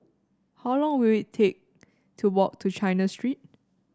how long will it take to walk to China Street